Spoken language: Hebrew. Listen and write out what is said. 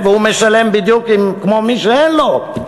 והוא משלם בדיוק כמו מי שאין לו?